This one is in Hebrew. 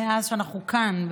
מאז שאנחנו כאן,